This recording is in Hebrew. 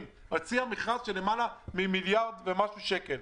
והוציאה מכרז של למעלה ממיליארד ומשהו שקל.